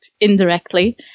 indirectly